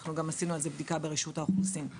אנחנו גם עשינו על זה בדיקה ברשות האוכלוסין.